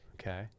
Okay